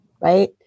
right